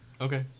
Okay